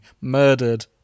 murdered